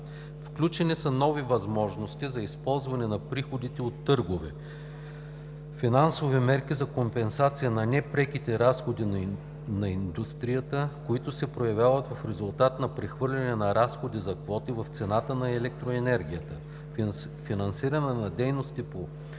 Включени са нови възможности за използване на приходите от търгове – финансови мерки за компенсация на непреките разходи на индустрията, които се появяват в резултат от прехвърлянето на разходи за квоти в цената на електроенергията, финансиране на дейности по климата